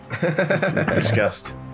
Disgust